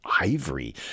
ivory